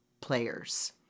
players